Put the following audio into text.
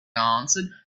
answered